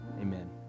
Amen